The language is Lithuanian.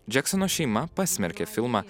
džeksono šeima pasmerkė filmą